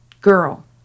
girl